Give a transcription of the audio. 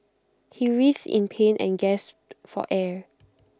he writhed in pain and gasped for air